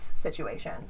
situation